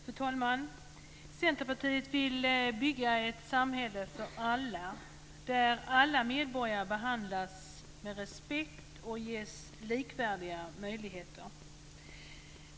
Fru talman! Centerpartiet vill bygga ett samhälle för alla, där alla medborgare behandlas med respekt och ges likvärdiga möjligheter.